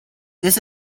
this